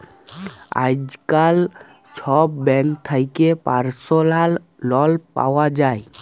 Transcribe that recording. আইজকাল ছব ব্যাংক থ্যাকে পার্সলাল লল পাউয়া যায়